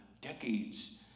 decades